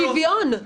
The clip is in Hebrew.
שוויון.